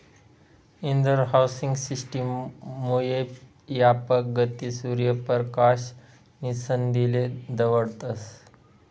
Indore housing system मुये यापक गती, सूर्य परकाश नी संधीले दवडतस